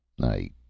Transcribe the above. I